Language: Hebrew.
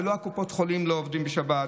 וקופות החולים לא עובדות בשבת,